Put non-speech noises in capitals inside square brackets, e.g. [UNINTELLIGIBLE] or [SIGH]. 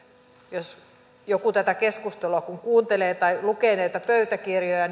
jos joku tätä keskustelua kuuntelee tai lukee näitä pöytäkirjoja [UNINTELLIGIBLE]